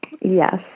Yes